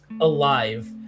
alive